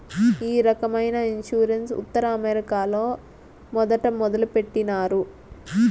ఈ రకమైన ఇన్సూరెన్స్ ఉత్తర అమెరికాలో మొదట మొదలుపెట్టినారు